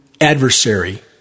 adversary